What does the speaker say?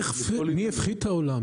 מי הפחיד את העולם?